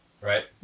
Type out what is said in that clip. right